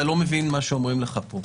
אתה פשוט לא מבין מה אומרים לך פה.